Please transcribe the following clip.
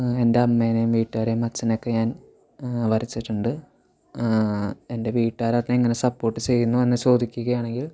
എൻ്റമ്മേനെയും വീട്ടുകാരെയും അച്ഛനെയുമൊക്കെ ഞാൻ വരച്ചിട്ടുണ്ട് എൻ്റെ വീട്ടുകാരതിനെ എങ്ങനെ സപ്പോർട്ട് ചെയ്യുന്നുവെന്ന് ചോദിക്കുകയാണെങ്കിൽ